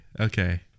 okay